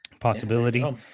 possibility